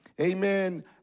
Amen